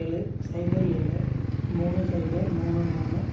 பாத்ரூமில் இருக்கிற லைட்டை எல்லோ கலரில் மாற்று